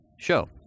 Show